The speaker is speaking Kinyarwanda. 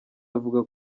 avuga